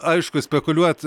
aišku spekuliuot